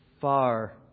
far